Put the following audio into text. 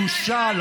אתה חצוף.